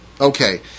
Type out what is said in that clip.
Okay